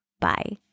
bye